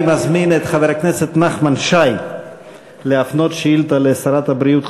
אני מזמין את חבר הכנסת נחמן שי להפנות שאילתה לשרת הבריאות,